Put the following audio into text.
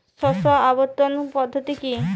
শস্য আবর্তন পদ্ধতি কি?